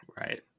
right